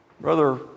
Brother